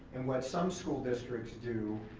and what some school districts do,